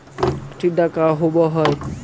टीडा का होव हैं?